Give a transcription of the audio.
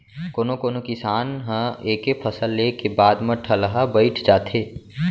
कोनो कोनो किसान ह एके फसल ले के बाद म ठलहा बइठ जाथे